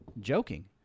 joking